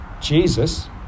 Jesus